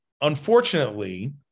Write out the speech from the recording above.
unfortunately